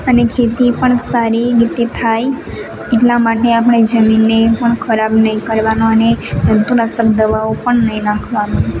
અને ખેતી પણ સારી રીતે થાય એટલા માટે આપણે જમીનને પણ ખરાબ નહીં કરવાનો અને જંતુનાશક દવાઓ પણ નહીં નાખવાની